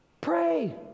Pray